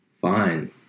fine